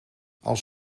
als